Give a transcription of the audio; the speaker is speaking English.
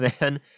man